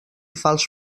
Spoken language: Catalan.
fals